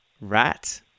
Rat